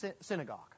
synagogue